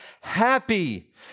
happy